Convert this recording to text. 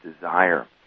desire